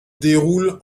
déroule